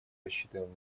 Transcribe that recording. рассчитываем